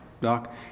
Doc